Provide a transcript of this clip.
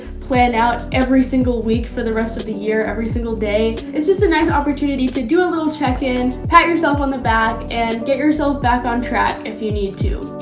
plan out every single week for the rest of the year, every single day. it's just a nice opportunity to do a little check-in, pat yourself on the back, and get yourself back on track if you need to.